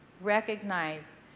recognize